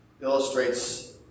illustrates